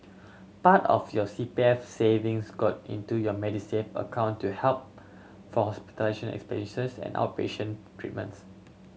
part of your C P F savings got into your Medisave account to help for hospitalization expenses and outpatient treatments